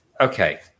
okay